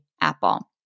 Apple